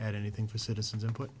add anything for citizens input